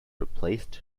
replaced